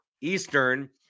Eastern